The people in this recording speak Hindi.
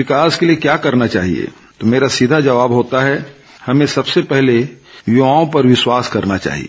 विकास के लिए क्या करना चाहिए तो मेरा सीधा जवाब होता है कि हमें सबसे पहले युवाओं पर विश्वास करना चाहिए